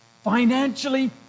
Financially